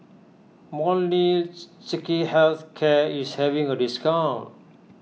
Health Care is having a discount